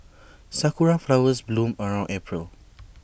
Sakura Flowers bloom around April